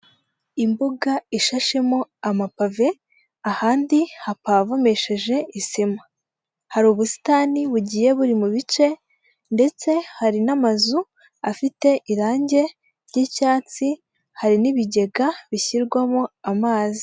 Imbuga ishashemo amapave, ahandi hapavomesheje isima, hari ubusitani bugiye buri mu bice ndetse hari n'amazu afite irangi ry'icyatsi, hari n'ibigega bishyirwamo amazi.